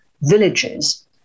villages